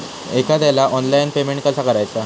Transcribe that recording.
एखाद्याला online payment कसा करायचा?